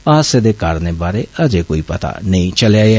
हादसे दे कारणें बारै अजें काई पता नेईं चलेआ ऐ